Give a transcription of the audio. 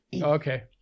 Okay